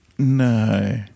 No